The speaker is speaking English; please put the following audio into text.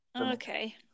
Okay